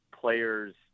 players